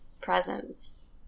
presence